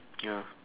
ya